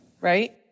right